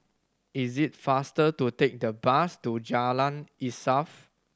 is it faster to take the bus to Jalan Insaf